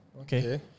okay